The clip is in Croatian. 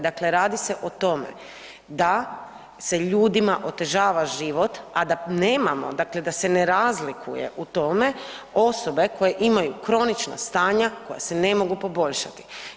Dakle, radi se o tome da se ljudima otežava život, a da nemamo, dakle da se ne razlikuje u tome osobe koje imaju kronična stanja koja se ne mogu poboljšati.